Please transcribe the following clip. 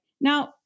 Now